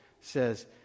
says